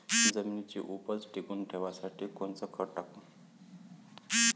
जमिनीची उपज टिकून ठेवासाठी कोनचं खत टाकू?